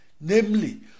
Namely